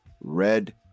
red